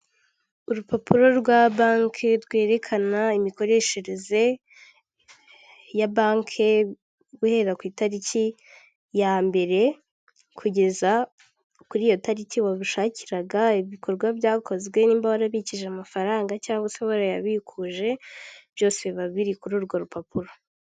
Urupapuro rwa banke rwerekana imikoreshereze ya banke guhera ku itariki ya mbere kugeza kuri iyo tariki wabishakiraga, ibikorwa byakozwe, n'imbaba bikije amafaranga cyangwa se warayabikuje byose biba biri kuri urwo rupapuro.